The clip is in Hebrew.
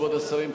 כבוד השרים,